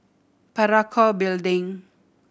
Parakou Building